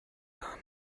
done